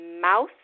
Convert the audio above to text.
Mouse